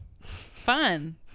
Fun